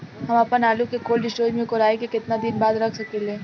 हम आपनआलू के कोल्ड स्टोरेज में कोराई के केतना दिन बाद रख साकिले?